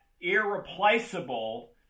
irreplaceable